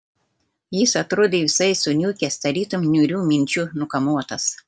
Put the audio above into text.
jis atrodė visai suniukęs tarytum niūrių minčių nukamuotas